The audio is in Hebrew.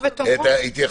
ביעד?